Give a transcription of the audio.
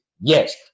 Yes